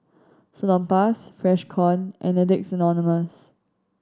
Salonpas Freshkon and Addicts Anonymous